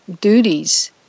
duties